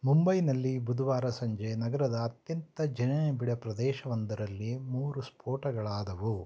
ಮುಂಬೈನಲ್ಲಿ ಬುಧವಾರ ಸಂಜೆ ನಗರದ ಅತ್ಯಂತ ಜನನಿಬಿಡ ಪ್ರದೇಶವೊಂದರಲ್ಲಿ ಮೂರು ಸ್ಫೋಟಗಳಾದವು